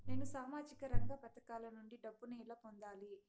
నేను సామాజిక రంగ పథకాల నుండి డబ్బుని ఎలా పొందాలి?